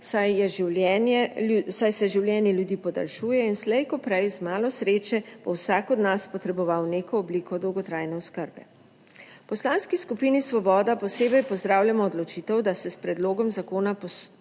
saj se življenje ljudi podaljšuje in slejkoprej, z malo sreče, bo vsak od nas potreboval neko obliko dolgotrajne oskrbe. V Poslanski skupini Svoboda posebej pozdravljamo odločitev, da se s predlogom zakona posodablja